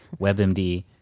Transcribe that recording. webmd